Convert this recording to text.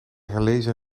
herlezen